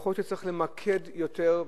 יכול להיות שצריך למקד יותר,